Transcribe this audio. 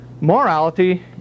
Morality